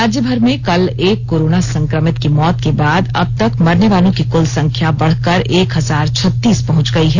राज्य भर में कल एक कोरोना संक्रमित की मौत के बाद अब तक मरने वालों की क्ल संख्या बढ़कर एक हजार छत्तीस पहंच गई है